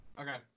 okay